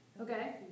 Okay